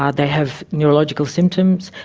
ah they have neurological symptoms.